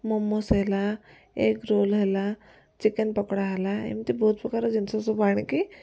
ମୋମୋସ ହେଲା ଏଗରୋଲ ହେଲା ଚିକେନ ପକୋଡ଼ା ହେଲା ଏମତି ବହୁତ ପ୍ରକାରର ଜିନିଷ ସବୁ ଆଣିକି